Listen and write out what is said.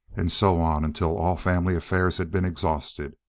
and so on until all family affairs had been exhausted.